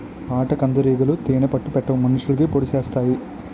ఆటకందిరీగలు తేనే పట్టు పెట్టవు మనుషులకి పొడిసెత్తాయి